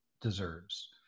deserves